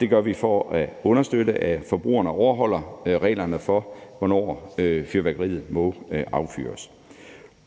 det gør vi for at understøtte, at forbrugerne overholder reglerne for, hvornår fyrværkeriet må affyres.